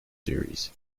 series